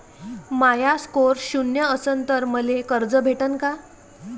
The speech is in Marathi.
माया स्कोर शून्य असन तर मले कर्ज भेटन का?